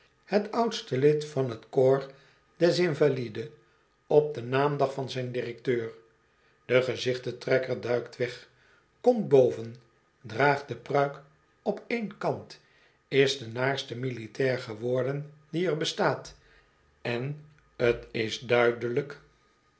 het oudste lid van t corps des invalides op den naamdag van zijn directeur de gezichten trekker duikt weg komt boven draagt de pruik op één kant is de naarste militair geworden die er bestaat en t is duidelijk